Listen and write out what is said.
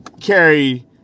carry